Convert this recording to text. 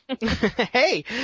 Hey